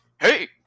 Hey